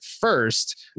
first